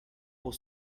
pour